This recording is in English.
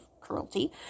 cruelty